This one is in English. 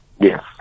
Yes